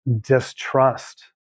distrust